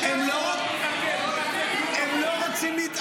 דיכטר ------ הם לא רוצים להתנגד.